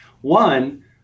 One